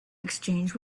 exchange